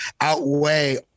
outweigh